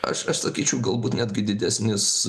aš aš sakyčiau galbūt netgi didesnis